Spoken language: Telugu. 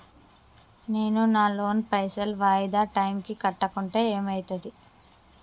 నేను నా లోన్ పైసల్ వాయిదా టైం కి కట్టకుంటే ఏమైతది?